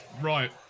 Right